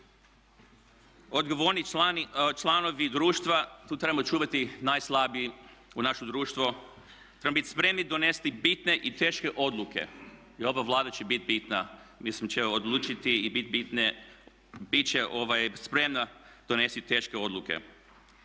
Odgovorni članovi društva, tu trebamo čuvati najslabiji u naše društvo, trebamo biti spremni donesti bitne i teške odluke. I ova Vlada će bit bitna, mislim će odlučiti i bit će spremna donesti teške odluke.